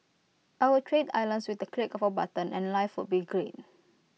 I would trade islands with the click of A button and life would be great